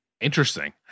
Interesting